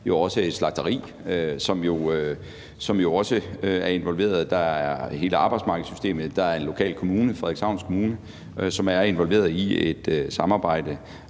Der er jo også et slagteri, som er involveret. Der er hele arbejdsmarkedssystemet. Der er en lokal kommune, Frederikshavn Kommune, som er involveret i et samarbejde